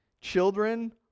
Children